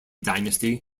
dynasty